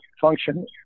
function